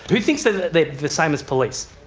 who thinks that they are the same as police?